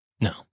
No